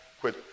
quit